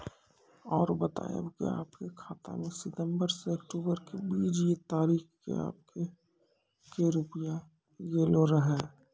और बतायब के आपके खाते मे सितंबर से अक्टूबर के बीज ये तारीख के आपके के रुपिया येलो रहे?